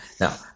Now